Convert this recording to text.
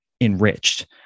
enriched